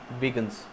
vegans